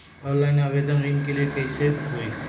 Online आवेदन ऋन के लिए कैसे हुई?